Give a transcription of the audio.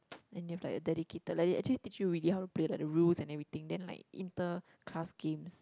and you have like a dedicated like they actually teach you really how to play like the rules and everything then like inter class games